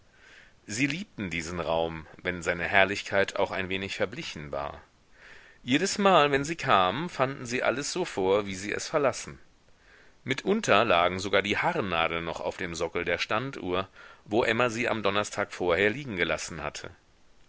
sie liebten diesen raum wenn seine herrlichkeit auch ein wenig verblichen war jedesmal wenn sie kamen fanden sie alles so vor wie sie es verlassen mitunter lagen sogar die haarnadeln noch auf dem sockel der standuhr wo emma sie am donnerstag vorher liegen gelassen hatte